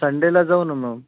संडेला जाऊ ना मग